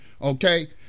Okay